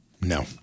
No